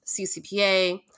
CCPA